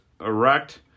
erect